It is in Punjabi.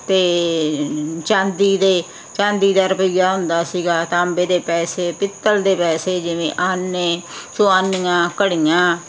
ਅਤੇ ਚਾਂਦੀ ਦੇ ਚਾਂਦੀ ਦਾ ਰੁਪਈਆ ਹੁੰਦਾ ਸੀਗਾ ਤਾਂਬੇ ਦੇ ਪੈਸੇ ਪਿੱਤਲ ਦੇ ਪੈਸੇ ਜਿਵੇਂ ਆਨੇ ਚੋਆਨੀਆਂ ਘੜੀਆਂ